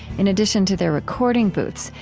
in addition to their recording booths,